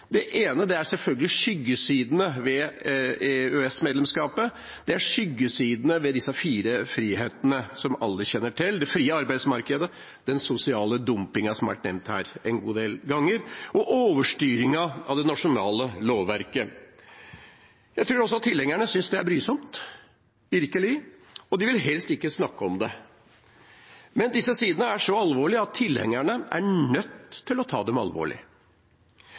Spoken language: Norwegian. Det ene er selvfølgelig skyggesidene ved EØS-medlemskapet. Det er skyggesidene ved de fire frihetene, som alle kjenner til – det frie arbeidsmarkedet, den sosiale dumpingen, som har vært nevnt her en god del ganger, og overstyringen av det nasjonale lovverket. Jeg tror at også tilhengerne virkelig synes det er brysomt, og de vil helst ikke snakke om det. Men disse sidene er så alvorlige at tilhengerne er nødt til å ta dem alvorlig.